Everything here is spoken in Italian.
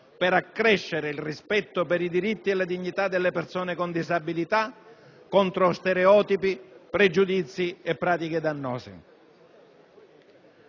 per accrescere il rispetto per i diritti e la dignità delle persone con disabilità contro stereotipi, pregiudizi e pratiche dannose.